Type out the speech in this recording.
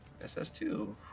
SS2